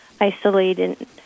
isolated